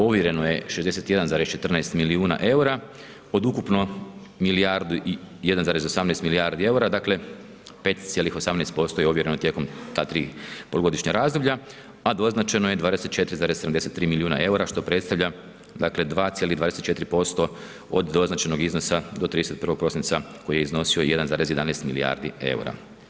Ovjereno je 61,14 milijuna eura od ukupno milijardu i 1,18 milijardi eura, dakle, 5,18% je ovjereno tijekom ta tri polugodišnja razdoblja, a doznačeno je 24,3 milijuna eura, što predstavlja dakle 2,24% od doznačenog iznosa do 31. prosinca, koji je iznosio 1,11 milijardi eura.